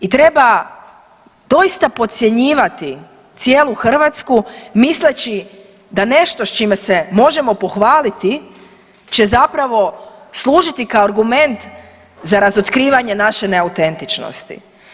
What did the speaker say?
I treba doista podcjenjivati cijelu Hrvatsku misleći da nešto s čime se možemo pohvaliti će zapravo služiti kao argument za razotkrivanje naše neautentičnosti.